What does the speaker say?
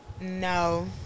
No